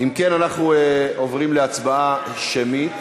אם כן, אנחנו עוברים להצבעה שמית